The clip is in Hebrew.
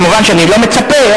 כמובן שאני לא מצפה,